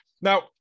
Now